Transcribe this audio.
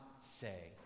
say